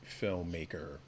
filmmaker